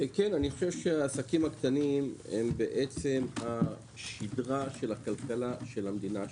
העסקים הקטנים הם בעצם השדרה של הכלכלה של המדינה שלנו.